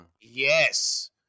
Yes